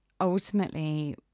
ultimately